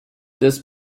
this